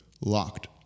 LOCKED